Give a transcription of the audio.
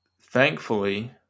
thankfully